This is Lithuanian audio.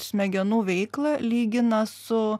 smegenų veiklą lygina su